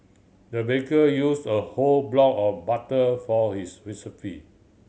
the baker used a whole block of butter for his recipe